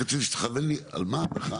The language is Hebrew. רק רציתי שתכוון לי על מה המחאה.